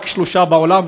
רק שלושה בעולם,